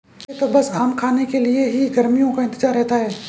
मुझे तो बस आम खाने के लिए ही गर्मियों का इंतजार रहता है